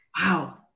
Wow